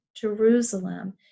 Jerusalem